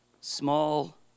small